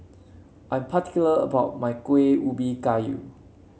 I'm particular about my Kueh Ubi Kayu